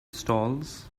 stalls